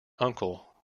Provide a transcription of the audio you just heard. uncle